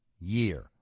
year